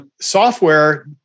Software